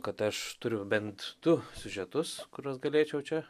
kad aš turiu bent du siužetus kuriuos galėčiau čia